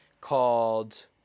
called